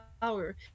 power